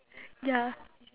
ya